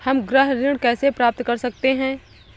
हम गृह ऋण कैसे प्राप्त कर सकते हैं?